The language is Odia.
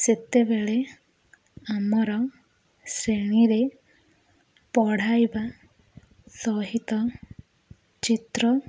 ସେତେବେଳେ ଆମର ଶ୍ରେଣୀରେ ପଢ଼ାଇବା ସହିତ ଚିତ୍ର